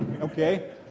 okay